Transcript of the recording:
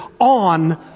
on